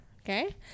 okay